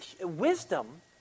Wisdom